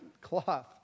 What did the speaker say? cloth